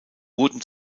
wurden